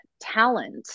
talent